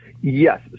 Yes